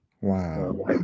Wow